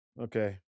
okay